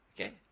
Okay